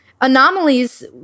Anomalies